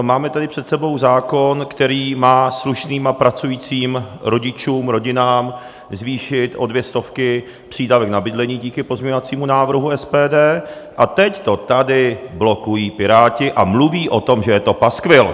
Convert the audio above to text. Máme tady před sebou zákon, který má slušným a pracujícím rodičům, rodinám zvýšit o dvě stovky přídavek na bydlení díky pozměňovacímu návrhu SPD, a teď to tady blokují Piráti a mluví o tom, že je to paskvil.